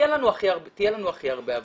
תהיה לנו הכי הרבה עבודה.